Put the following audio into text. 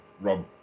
Rob